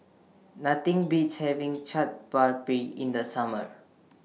Nothing Beats having Chaat Papri in The Summer